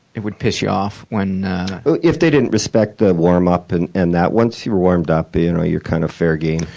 it would piss you off when, cm if they didn't respect the warm-up, and and that once you're warmed up you know you're kind of fair game.